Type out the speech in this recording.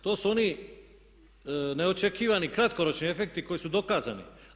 To su oni neočekivani kratkoročni efekti koji su dokazani.